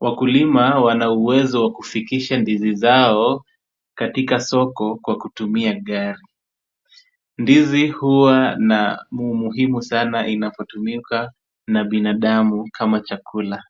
Wakulima wana uwezo wa kufikisha ndizi zao katika soko kwa kutumia gari. Ndizi huwa na umuhimu sana inapotumika na binadamu kama chakula.